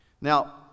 now